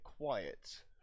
quiet